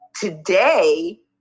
today